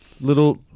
little